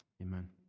amen